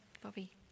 Bobby